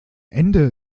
ende